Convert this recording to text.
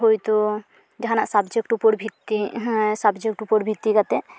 ᱦᱚᱭᱛᱳ ᱡᱟᱦᱟᱱᱟᱜ subject ᱳᱯᱚᱨ subject ᱳᱯᱚᱨ ᱵᱷᱤᱛᱛᱤ ᱠᱟᱛᱮᱫ